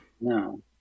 No